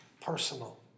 personal